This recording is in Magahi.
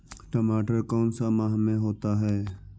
टमाटर कौन सा माह में होता है?